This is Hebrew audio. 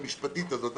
המשפטית הזאת,